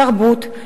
תרבות,